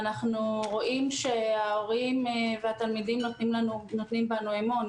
ואנחנו רואים שההורים והתלמידים נותנים בנו אמון.